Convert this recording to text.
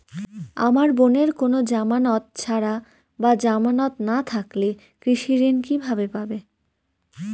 আমার বোনের কোন জামানত ছাড়া বা জামানত না থাকলে কৃষি ঋণ কিভাবে পাবে?